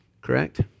Correct